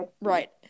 Right